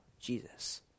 Jesus